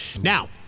Now